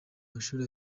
mashuri